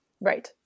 right